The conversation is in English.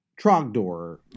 Trogdor